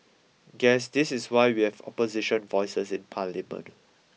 guess this is why we have opposition voices in parliament